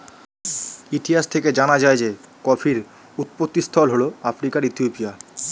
ইতিহাস থেকে জানা যায় যে কফির উৎপত্তিস্থল হল আফ্রিকার ইথিওপিয়া